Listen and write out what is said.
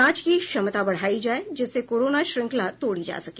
जांच की क्षमता बढ़ायी जाये जिससे कोरोना श्रृंखला तोड़ी जा सके